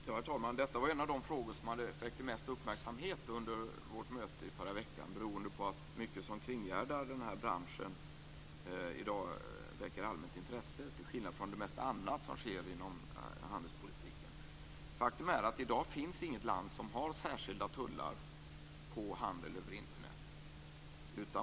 Herr talman! Detta var en av de frågor som väckte mest uppmärksamhet under vårt möte i förra veckan beroende på att mycket som kringgärdar den här branschen väcker allmänt intresse i dag till skillnad från det mesta andra som sker inom handelspolitiken. Faktum är att i dag finns inget land som har särskilda tullar på handel över Internet.